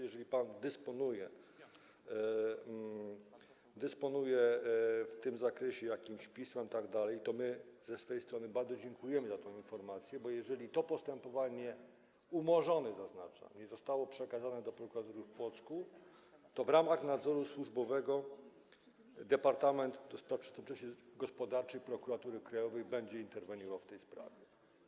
Jeżeli pan dysponuje w tym zakresie jakimś pismem, to my z naszej strony bardzo dziękujemy za tę informację, bo jeżeli to postępowanie - umorzone, zaznaczam - nie zostało przekazane do prokuratury w Płocku, to w ramach nadzoru służbowego Departament do Spraw Przestępczości Gospodarczej Prokuratury Krajowej będzie interweniował w tej sprawie.